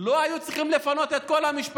לא היו צריכים לפנות את כל המשפחה.